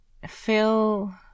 feel